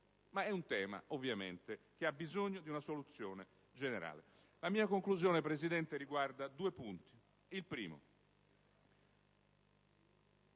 È un tema, ovviamente, che ha bisogno di una soluzione generale. La mia conclusione, Presidente, riguarda due punti. Per